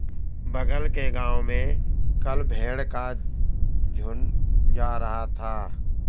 बगल के गांव में कल भेड़ का झुंड जा रहा था